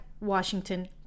Washington